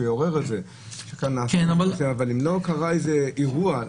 יעורר את זה --- אבל אם לא קרה איזה אירוע,